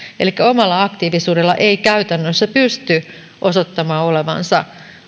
elikkä omalla aktiivisuudella ei käytännössä pysty osoittamaan olevansa